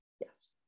yes